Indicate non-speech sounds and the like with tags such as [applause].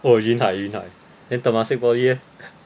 oh 厉害厉害 then Temasek Poly leh [laughs]